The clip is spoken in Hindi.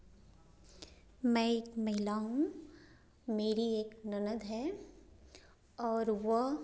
मैं एक महिला हूँ मेरी एक ननद है और वह